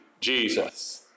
Jesus